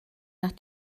nach